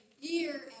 year